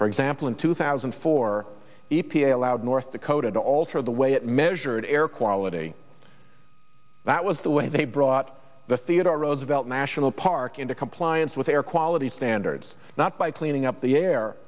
for example in two thousand and four e p a allowed north dakota to alter the way it measured air quality that was the way they brought the theodore roosevelt national park into compliance with air quality standards not by cleaning up the air